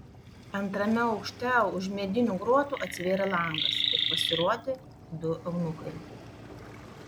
antrame aukšte už medinių grotų atsivėrė langas ir pasirodė du eunuchai